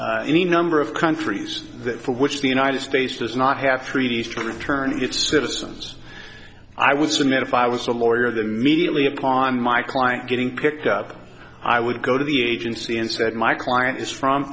n any number of countries that for which the united states does not have treaties to return its citizens i was from metafile i was a lawyer the mediately upon my client getting picked up i would go to the agency and said my client is from